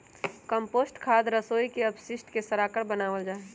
compost खाद रसोई के अपशिष्ट के सड़ाकर बनावल जा हई